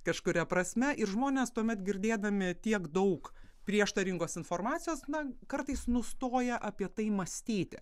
kažkuria prasme ir žmonės tuomet girdėdami tiek daug prieštaringos informacijos na kartais nustoja apie tai mąstyti